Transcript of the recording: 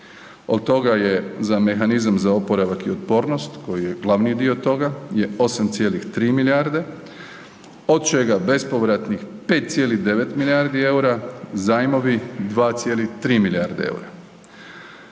Od toga je za mehanizam za oporavak i otpornost koji je glavni dio toga je 8,3 milijarde, od čega bespovratnih 5,9 milijardi EUR-a, zajmovi 2,3 milijarde EUR-a.